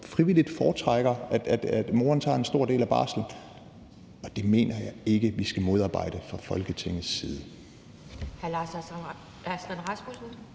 frivilligt foretrækker, at moren tager en stor del af barslen. Og det mener jeg ikke vi skal modarbejde fra Folketingets side.